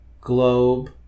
Globe